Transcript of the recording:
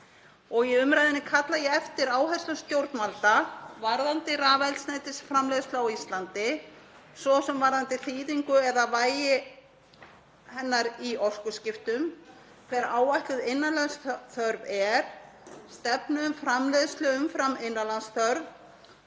og í umræðunni kalla ég eftir áherslum stjórnvalda varðandi rafeldsneytisframleiðslu á Íslandi, svo sem varðandi þýðingu eða vægi hennar í orkuskiptum, hver áætluð innanlandsþörf er, stefnu um framleiðslu umfram innanlandsþörf